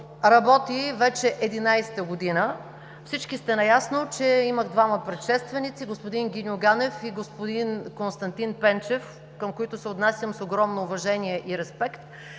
работи вече 11-та година. Всички сте наясно, че има двама предшественици – господин Гиньо Ганев и господин Константин Пенчев, към които се отнасям с огромно уважение и респект.